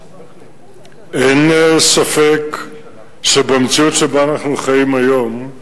1 2. אין ספק שבמציאות שבה אנחנו חיים היום יש